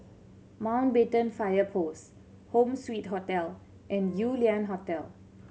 Mountbatten Fire Post Home Suite Hotel and Yew Lian Hotel